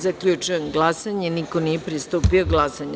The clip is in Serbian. Zaključujem glasanje: niko nije pristupio glasanju.